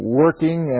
working